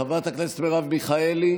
חברת הכנסת מרב מיכאלי,